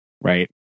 Right